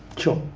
sure.